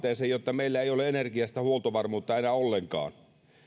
sellaiseen tilanteeseen että meillä ei ole energiasta huoltovarmuutta enää ollenkaan